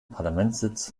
parlamentssitz